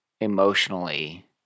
emotionally